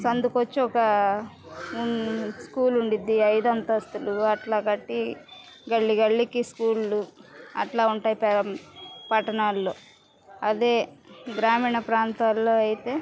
సందుకొచ్చి ఒక స్కూల్ ఉండిద్ది ఐదంతస్తులు అట్లా కట్టి గల్లి గల్లికి స్కూళ్ళు అట్లా ఉంటాయి పట్టణాల్లో అదే గ్రామీణ ప్రాంతాల్లో అయితే